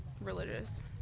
religious